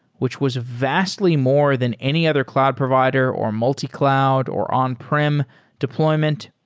which was vastly more than any other cloud provider, or multi-cloud, or on-prem deployment.